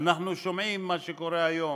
אנחנו שומעים מה שקורה היום,